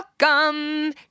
welcome